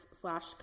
slash